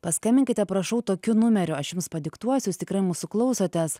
paskambinkite prašau tokiu numeriu aš jums padiktuosiu jūs tikrai mūsų klausotės